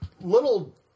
little